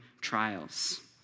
trials